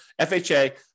FHA